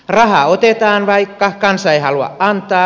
rahaa otetaan vaikka kansa ei halua antaa